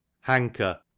Hanker